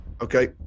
Okay